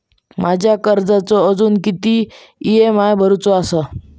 माझ्या कर्जाचो अजून किती ई.एम.आय भरूचो असा?